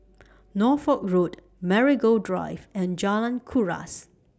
Norfolk Road Marigold Drive and Jalan Kuras